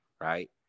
right